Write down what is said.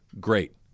great